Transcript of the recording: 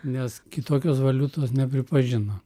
nes kitokios valiutos nepripažino